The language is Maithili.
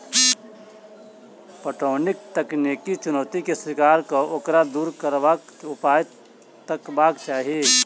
पटौनीक तकनीकी चुनौती के स्वीकार क ओकरा दूर करबाक उपाय तकबाक चाही